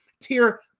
tier